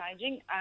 changing